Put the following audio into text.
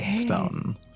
stone